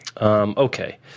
Okay